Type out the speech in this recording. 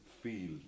feel